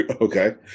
Okay